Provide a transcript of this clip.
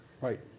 Right